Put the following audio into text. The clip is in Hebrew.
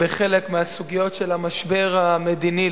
בחלק מהסוגיות של המשבר המדיני.